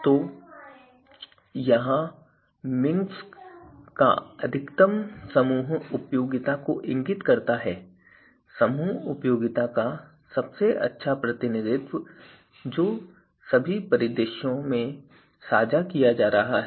तो यहां मिंकस्क अधिकतम समूह उपयोगिता को इंगित करता है समूह उपयोगिता का सबसे अच्छा प्रतिनिधित्व जो सभी परिदृश्यों में साझा किया जा रहा है